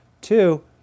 Two